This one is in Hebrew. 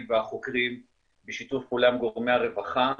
והחוקרים בשיתוף פעולה עם גורמי הרווחה,